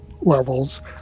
levels